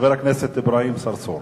חבר הכנסת אברהים צרצור.